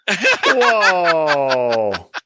Whoa